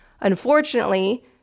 Unfortunately